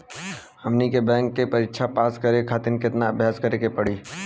हमनी के बैंक के परीक्षा पास करे खातिर केतना अभ्यास करे के पड़ी?